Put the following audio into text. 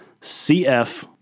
CF